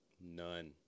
none